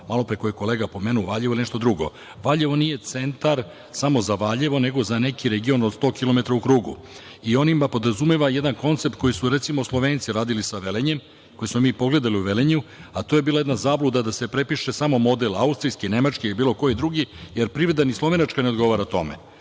malopre koje je kolega pomenuo, Valjevo je nešto drugo. Valjevo nije centar samo za Valjevo nego za neki region od 100 kilometara u krugu. On podrazumeva jedan koncept koji su recimo Slovenci radili sa Velenjem, koje smo mi pogledali u Velenju, a to je bila jedna zabluda da se prepiše samo model austrijske, nemačke ili bilo koji drugi, jer privreda ni slovenačka ne odgovara tome,